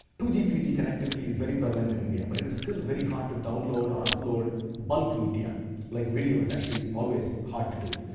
two g, three g connectivity is very prevalent in india. but it is still very hard to download or upload bulk media like video is actually always hard to do.